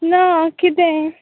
ना कितें